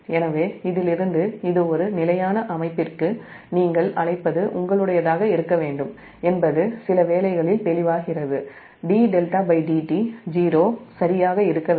எனவே இதிலிருந்து ஒரு நிலையான அமைப்பிற்கு நீங்கள் அழைப்பது உங்களுடையதாக இருக்க வேண்டும் என்பது சில வேளைகளில் தெளிவாகிறது dδdt '0' சரியாக இருக்க வேண்டும்